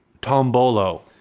tombolo